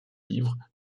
livres